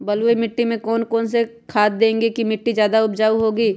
बलुई मिट्टी में कौन कौन से खाद देगें की मिट्टी ज्यादा उपजाऊ होगी?